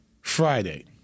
Friday